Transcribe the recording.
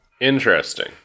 interesting